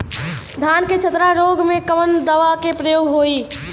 धान के चतरा रोग में कवन दवा के प्रयोग होई?